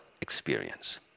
experience